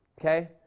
Okay